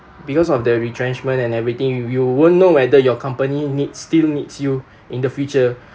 because of the retrenchment and everything you won't know whether your company needs still needs you in the future